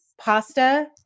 Pasta